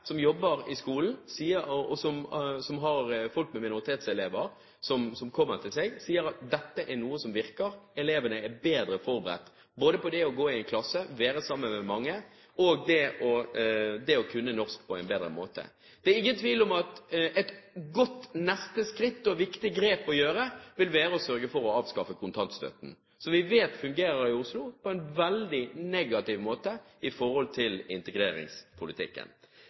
at dette er noe som virker – elevene er bedre forberedt, både på det å gå i en klasse og være sammen med mange og på det å kunne norsk på en bedre måte. Det er ingen tvil om at et godt neste skritt og viktig grep å gjøre vil være å sørge for å avskaffe kontantstøtten, som vi vet fungerer på en veldig negativ måte i Oslo i forhold til integreringspolitikken.